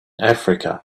africa